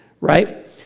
right